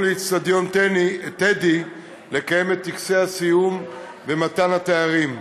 לאצטדיון "טדי" כדי לקיים את טקסי הסיום ומתן התארים.